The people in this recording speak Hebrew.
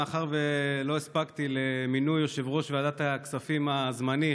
מאחר שלא הספקתי להגיע למינוי יושב-ראש ועדת הכספים הזמני,